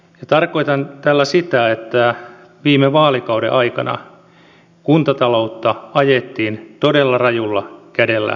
tarkoitan tällä sitä että viime vaalikauden aikana kuntataloutta ajettiin todella rajulla kädellä alaspäin